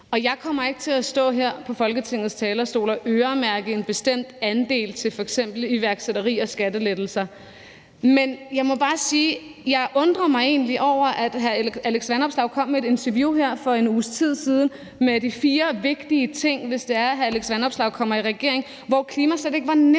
jeg kommer ikke til at stå her på Folketingets talerstol og øremærke en bestemt andel til f.eks. iværksætteri og skattelettelser. Jeg må bare sige, at jeg egentlig undrede mig over, at hr. Alex Vanopslagh i et interview her for en uges tid siden kom med de fire vigtige ting, hvis hr. Alex Vanopslagh kommer i regering, og at klima slet ikke var nævnt.